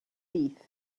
syth